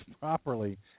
properly